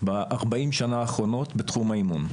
בארבעים שנה האחרונות בתחום האימון.